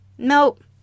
Nope